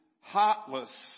heartless